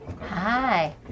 Hi